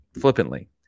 flippantly